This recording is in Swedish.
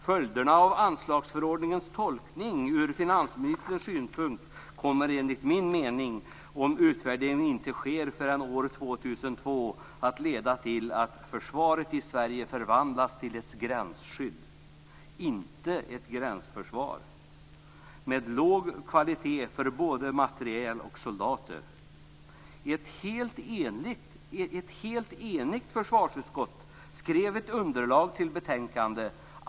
Följderna av anslagsförordningens tolkning ur finansministerns synpunkt kommer enligt min mening, om utvärdering inte sker förrän år 2002, att leda till att försvaret i Sverige förvandlas till ett gränsskydd, inte ett gränsförsvar, med låg kvalitet för både materiel och soldater. Ett helt enigt försvarsutskott skrev ett underlag till betänkande.